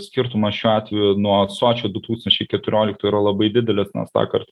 skirtumas šiuo atveju nuo sočio du tūkstančiai keturioliktų yra labai didelis nors tąkart